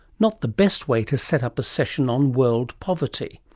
not the best way to set up a session on world poverty.